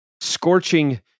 scorching